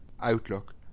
outlook